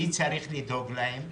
מי צריך לדאוג להם.